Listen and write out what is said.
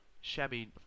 shabby